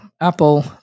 Apple